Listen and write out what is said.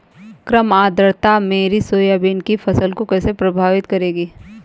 कम आर्द्रता मेरी सोयाबीन की फसल को कैसे प्रभावित करेगी?